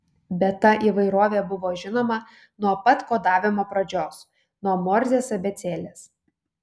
bet ta įvairovė buvo žinoma nuo pat kodavimo pradžios nuo morzės abėcėlės